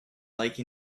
like